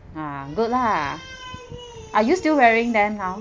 ah good lah are you still wearing them now